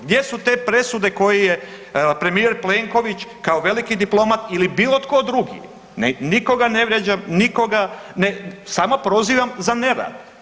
Gdje su te presude koje je premijer Plenković kao veliki diplomat ili bilo tko drugi, nikoga ne vrijeđam, nikoga samo prozivam za nerad.